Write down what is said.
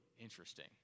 interesting